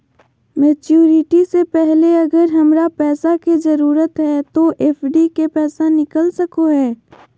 Maturity से पहले अगर हमरा पैसा के जरूरत है तो एफडी के पैसा निकल सको है?